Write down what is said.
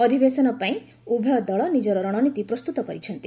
ଅଧିବେଶନ କାଳରେ ଉଭୟ ଦଳ ନିଜର ରଣନୀତି ପ୍ରସ୍ତୁତ କରିଛନ୍ତି